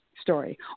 story